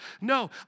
No